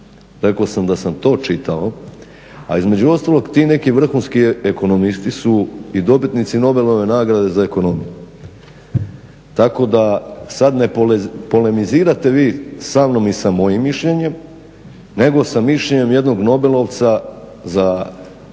rekao sam da sam to čitao. A između ostalog ti neki vrhunski ekonomisti su i dobitnici Nobelove nagrade za ekonomiju. Tako da sad ne polemizirate vi samnom i mojim mišljenjem nego sa mišljenjem jednog nobelovca iz ekonomskih